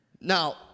Now